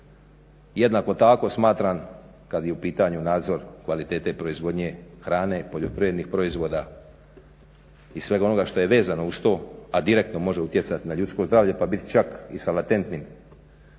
Jednako tako smatram kad je u pitanju nadzor kvalitete proizvodnje hrane, poljoprivrednih proizvoda i svega onoga što je vezano uz to, a direktno može utjecati na ljudsko zdravlje pa biti čak i sa latentnim